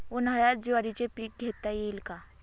उन्हाळ्यात ज्वारीचे पीक घेता येईल का?